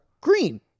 green